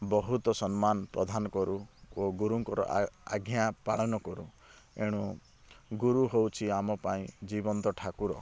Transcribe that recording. ବହୁତ ସମ୍ମାନ ପ୍ରଧାନ କରୁ ଓ ଗୁରୁଙ୍କର ଆଜ୍ଞା ପାଳନ କରୁ ଏଣୁ ଗୁରୁ ହେଉଛି ଆମ ପାଇଁ ଜୀବନ୍ତ ଠାକୁର